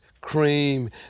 Cream